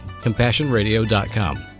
CompassionRadio.com